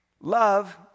Love